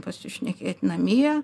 pasišnekėt namie